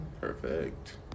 Perfect